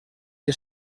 que